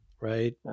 right